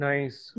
Nice